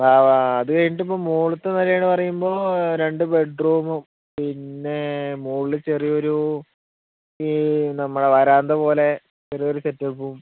ആ ആ അതു കഴിഞ്ഞിട്ടിപ്പം മുകളിലത്തെ നിലെയെന്നു പറയുമ്പോൾ രണ്ടു ബെഡ് റൂമും പിന്നേ മുകളിൽ ചെറിയൊരു ഈ നമ്മുടെ വരാന്ത പോലെ ചെറിയൊരു സെറ്റപ്പും